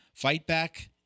Fightback